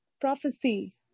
Prophecy